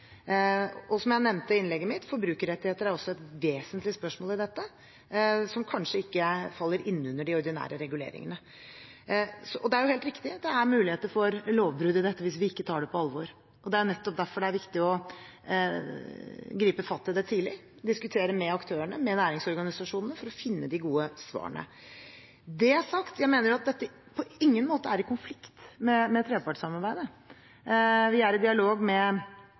Og som jeg nevnte i innlegget mitt, forbrukerrettigheter er også et vesentlig spørsmål i dette, det faller kanskje ikke inn under de ordinære reguleringene. Det er helt riktig at det er muligheter for lovbrudd i dette hvis vi ikke tar det på alvor. Det er nettopp derfor det er viktig å gripe fatt i det tidlig, diskutere med aktørene, med næringsorganisasjonene, for å finne de gode svarene. Når det er sagt, mener jeg at dette på ingen måte er i konflikt med trepartssamarbeidet. Vi er også i dialog med